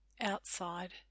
outside